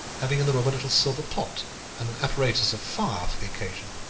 having in the room a little silver-pot and an apparatus of fire for the occasion.